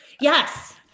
Yes